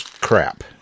crap